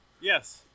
Yes